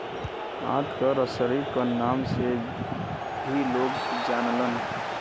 आंत क रसरी क नाम से भी लोग जानलन